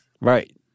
Right